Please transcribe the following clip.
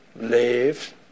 lives